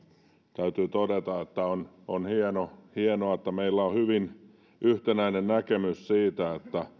täytyy todeta että on hienoa että meillä on hyvin yhtenäinen näkemys siitä että